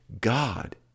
God